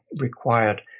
required